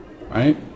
right